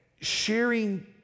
sharing